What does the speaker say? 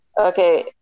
Okay